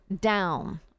down